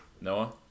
Noah